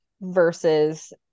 versus